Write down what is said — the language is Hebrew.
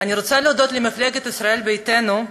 אני רוצה להודות למפלגת ישראל ביתנו,